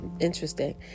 interesting